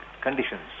conditions